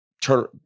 turn